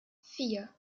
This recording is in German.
vier